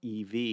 EV